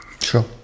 Sure